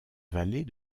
vallée